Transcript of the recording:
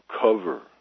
cover